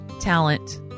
Talent